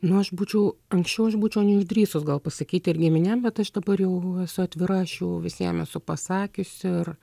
nu aš būčiau anksčiau aš būčiau neišdrįsus gal pasakyt ir giminėm bet aš dabar jau esu atvira aš jau visiem esu pasakius ir